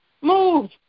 move